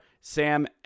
Sam